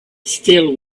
still